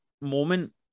moment